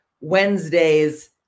Wednesday's